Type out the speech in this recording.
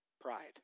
pride